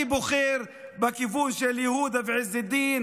אני בוחר בכיוון של יהודה ועז א-דין